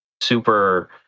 super